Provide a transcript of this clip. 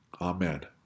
Amen